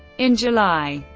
in july,